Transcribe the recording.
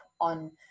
On